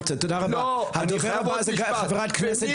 הדובר הבא זה חברת הכנסת